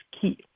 key